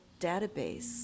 database